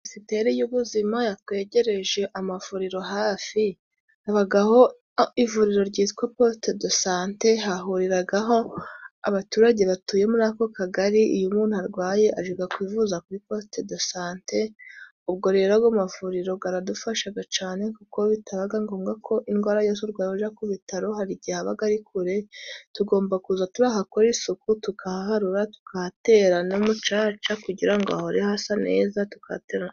Minisiteri y'ubuzima yatwegereje amavuriro hafi habagaho ivuriro ryitwa positedesante, hahuriragaho abaturage batuye muri ako kagari iyo umuntu arwaye ajaga kwivuza kuri positedesante ubwo rero ago mavuriro garadufashaga cane, kuko bitabahaga ngombwa ko indwara yose urwaye uja ku bitaro hari igihe habaga ari kure tugomba kuza turahakora isuku tukahaharura tukahatera n'umucaca kugira ngo hahore hasa neza tukati.